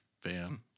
fan